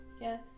Yes